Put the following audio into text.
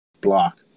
block